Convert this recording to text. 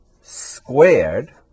squared